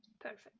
Perfect